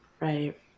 right